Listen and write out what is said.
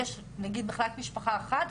יש נגיד מחלק משפחה אחד,